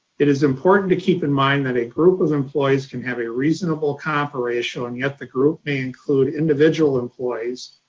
it is important to keep in mind that a group of employees can have a reasonable compa ratio and yet the group may include individual employees